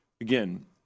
again